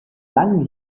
langen